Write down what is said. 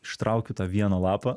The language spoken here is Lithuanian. ištraukiu tą vieną lapą